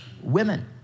women